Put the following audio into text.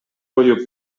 бою